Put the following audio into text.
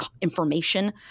information